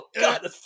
god